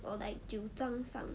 or like 九张上